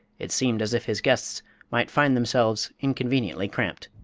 it seemed as if his guests might find themselves inconveniently cramped.